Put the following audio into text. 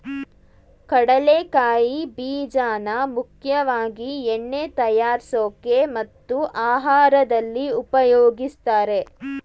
ಕಡಲೆಕಾಯಿ ಬೀಜಗಳನ್ನಾ ಮುಖ್ಯವಾಗಿ ಎಣ್ಣೆ ತಯಾರ್ಸೋಕೆ ಮತ್ತು ಆಹಾರ್ದಲ್ಲಿ ಉಪಯೋಗಿಸ್ತಾರೆ